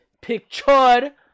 picture